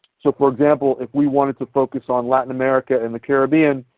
so for example if we wanted to focus on latin america and the caribbean,